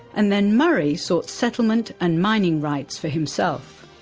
and then murray sought settlement and mining rights for himself.